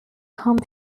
hump